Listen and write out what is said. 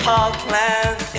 Parkland